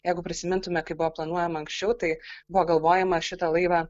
jeigu prisimintume kaip buvo planuojama anksčiau tai buvo galvojama šitą laivą